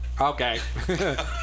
Okay